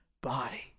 body